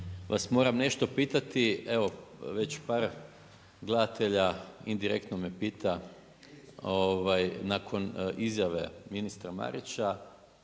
vas moram nešto pitati. Evo već par gledatelja, indirektno me pita nakon izjave ministra Marića,